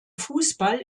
fußball